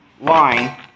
line